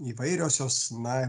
įvairios jos na